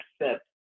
accept